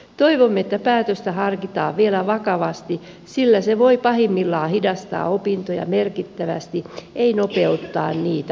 toivomme että päätöstä harkitaan vielä vakavasti sillä se voi pahimmillaan hidastaa opintoja merkittävästi ei nopeuttaa niitä